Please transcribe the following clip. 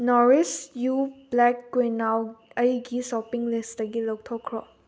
nourish you black quinoa ꯑꯩꯒꯤ shopping ꯂꯤꯁꯇꯒꯤ ꯂꯧꯊꯣꯛꯈ꯭ꯔꯣ